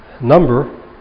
number